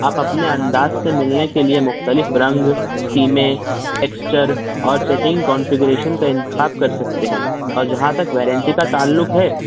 آپ اپنے انداز سے مِلنے کے لیے مختلف رنگ سکیمیں ٹیکسچر اور سیٹنگ کونفگریشن کا انتخاب کر سکتے ہیں اور جہاں تک وارنٹی کا تعلق ہے